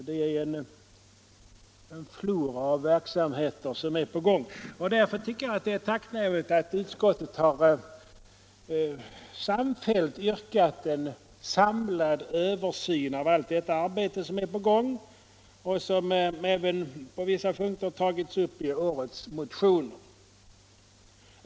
Det är en flora av verksamheter, och därför anser jag det tacknämligt att utskottet samfällt yrkat på en samlad översyn av allt arbete som pågår och som även på vissa punkter har berörts i årets motioner.